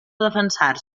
defensar